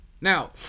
Now